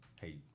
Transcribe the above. hey